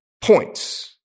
points